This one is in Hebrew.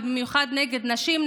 ובמיוחד נגד נשים,